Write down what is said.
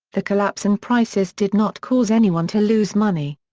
the collapse in prices did not cause anyone to lose money.